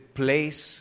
place